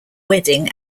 wedding